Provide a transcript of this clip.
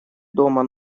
дома